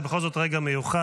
זה בכל זאת רגע מיוחד,